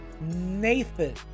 nathan